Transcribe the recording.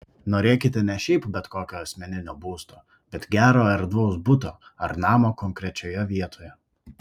norėkite ne šiaip bet kokio asmeninio būsto bet gero erdvaus buto ar namo konkrečioje vietoje